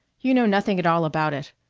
you know nothing at all about it.